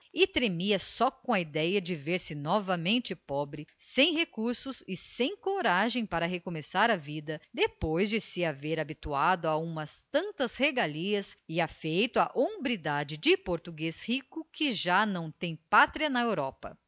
tremia só com a idéia de ver-se novamente pobre sem recursos e sem coragem para recomeçar a vida depois de se haver habituado a umas tantas regalias e afeito à hombridade de português rico que já não tem pátria na europa